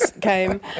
came